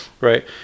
right